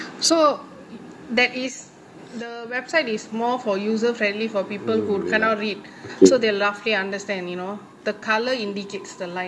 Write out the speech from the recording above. so that is the website is more for user friendly for people who cannot read so they roughly understand you know the colour indicates the line